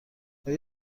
آیا